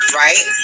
right